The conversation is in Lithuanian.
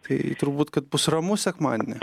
tai turbūt kad bus ramu sekmadienį